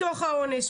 מתוך מקרי האונס,